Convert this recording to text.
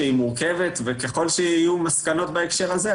שהיא מורכבת וככל שיהיו מסקנות בהקשר הזה,